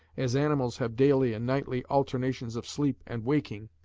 as animals have daily and nightly alternations of sleep and waking,